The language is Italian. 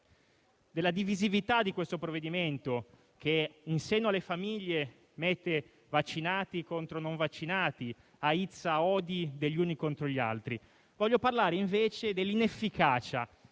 della divisività di questo provvedimento, che in seno alle famiglie mette vaccinati contro non vaccinati, aizza odi degli uni contro gli altri. Voglio parlare invece dell'inefficacia